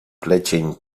plecień